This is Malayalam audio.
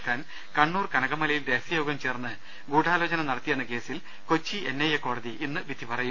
റാക്കാൻ കണ്ണൂർ കനകമലയിൽ രഹസ്യയോഗം ചേർന്ന് ഗൂഡാലോചന നടത്തിയെന്ന കേസിൽ കൊച്ചി എൻ ഐ എ കോടതി ഇന്ന് വിധി പറയും